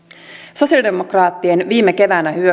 sosialidemokraattien viime keväänä